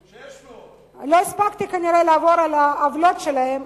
600. לא הספקתי כנראה לעבור על העוולות שלהם,